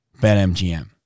BetMGM